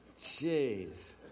Jeez